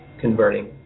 converting